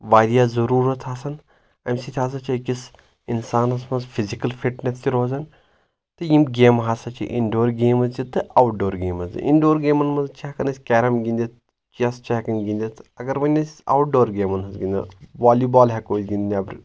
واریاہ ضروٗرت آسان اَمہِ سۭتۍ ہسا چھِ أکِس اِنسانس منٛز فِزِکل فٹنؠس تہِ روزان تہٕ یِم گیمہٕ ہسا چھِ اِنڈور گیمٕز تہِ تہٕ آوُٹ ڈور گیمٕز اِنڈور گیمَن منٛز چھِ ہؠکان أسۍ کیرم گنٛدِتھ چٮ۪س چھِ ہؠکان گِنٛدِتھ اگر وۄنۍ أسۍ آوُٹ ڈور گیمَن ہٕنٛز گنٛدو والی بال ہؠکو أسۍ گِنٛدِ نیٚبرٕ